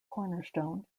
cornerstone